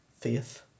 faith